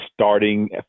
starting